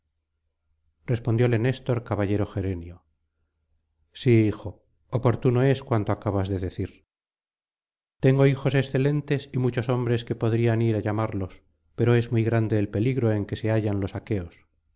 respondióle néstor caballero gerenio sí hijo oportuno es cuanto acabas de decir tengo hijos excelentes y muchos hombres que podrían ir á llamarlos pero es muy grande el peligro en que se hallan los aqueos